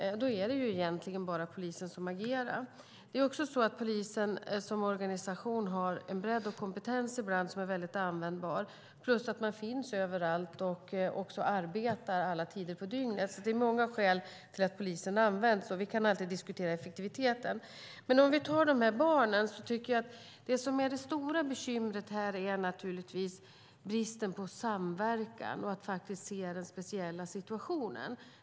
Då är det egentligen bara polisen som agerar. Det är också så att polisen som organisation har en bredd och kompetens som ibland är väldigt användbar plus att de finns överallt och också arbetar alla tider på dygnet. Det är många skäl till att polisen används, men vi kan alltid diskutera effektiviteten. Om vi tar barnen är det stora bekymret bristen på samverkan och att vi ser den speciella situationen.